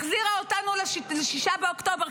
החזירה אותנו ל-6 באוקטובר,